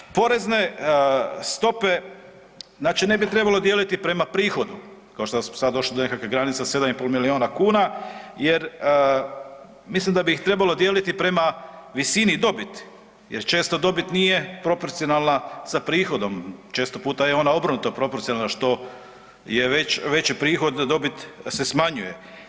Porezne stope, znači ne bi trebalo dijeliti prema prihodu, kao što smo sada došli do nekakve granice od 7,5 milijuna kuna jer mislim da bi ih trebalo dijeliti prema visini dobiti jer često dobit nije proporcionalna sa prihodom, često puta je ona obrnuto proporcionalna što je veći prihod, dobit se smanjuje.